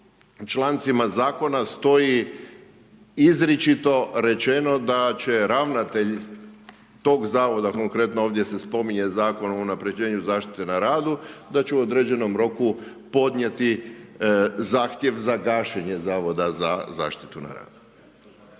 člancima zakona stoji izričito rečeno da će ravnatelj toga zavoda, konkretno ovdje se spominje Zavod za unapređenju zaštite na radu da će u određenom roku podnijeti zahtjev za gašenje Zavoda za zaštitu na radu.